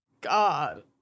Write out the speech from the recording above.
God